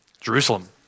Jerusalem